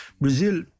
Brazil